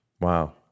Wow